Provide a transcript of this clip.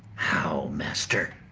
how, master?